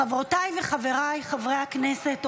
חברותיי וחבריי חברי הכנסת,